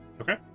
Okay